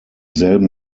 selben